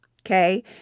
okay